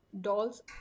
doll's